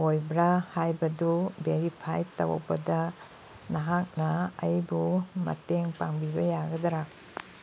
ꯑꯣꯏꯕ꯭ꯔꯥ ꯍꯥꯏꯕꯗꯨ ꯕꯦꯔꯤꯐꯥꯏ ꯇꯧꯕꯗ ꯅꯍꯥꯛꯅ ꯑꯩꯕꯨ ꯃꯇꯦꯡ ꯄꯥꯡꯕꯤꯕ ꯌꯥꯒꯗ꯭ꯔꯥ